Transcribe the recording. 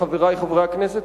חברי חברי הכנסת,